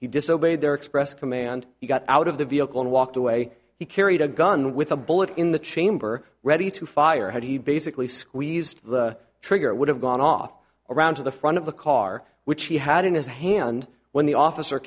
he disobeyed their express command he got out of the vehicle and walked away he carried a gun with a bullet in the chamber ready to fire had he basically squeezed the trigger would have gone off around to the front of the car which he had in his hand when the officer